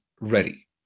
ready